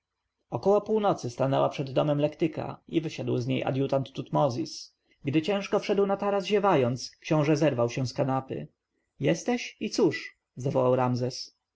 około północy stanęła przed domem lektyka i wysiadł z niej adjutant tutmozis gdy ciężko wszedł na taras ziewając książę zerwał się z kanapy jesteś i cóż zawołał ramzes